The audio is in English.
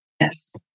Yes